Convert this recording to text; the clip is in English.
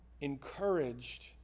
encouraged